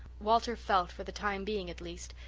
walter felt, for the time being at least,